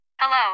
Hello